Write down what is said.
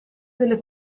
delle